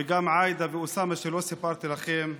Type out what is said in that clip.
וגם עאידה ואוסאמה, שלא סיפרתי לכם: